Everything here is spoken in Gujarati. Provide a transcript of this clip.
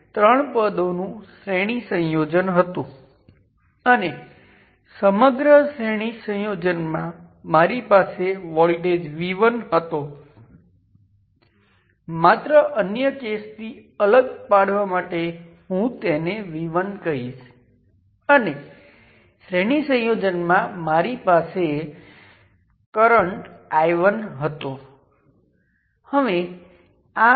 તેથી પ્રથમ સેટ જ્યાં તમે વોલ્ટેજ લાગુ કરો છો અને તમારી પાસેના કરંટને માપો છો